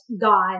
God